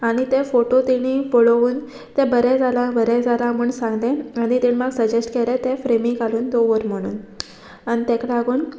आनी ते फोटो ताणी पळोवन तें बरें जालां बरें जालां म्हूण सांगलें आनी ताणी म्हाका सजेस्ट केलें तें फ्रेमी घालून दवर म्हणून आनी ताका लागोन